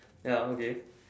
ya okay